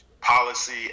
policy